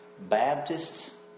Baptists